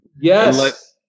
yes